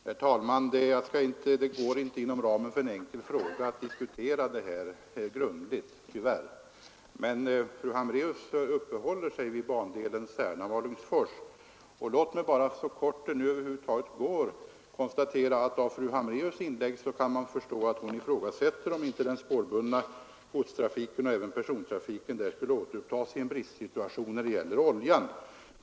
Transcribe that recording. Herr talman! Det går tyvärr inte att diskutera det här grundligt inom ramen för en enkel fråga. Fru Hambraeus uppehåller sig vid bandelen Särna—Malungsfors. Låt mig bara, så kort det över huvud taget går, konstatera att man av fru Hambraeus” inlägg kan förstå att hon ifrågasätter, om inte den spårbundna godstrafiken och även persontrafiken där borde återupptas i den bristsituation vi har när det gäller oljan.